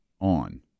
on